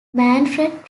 manfred